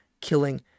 killing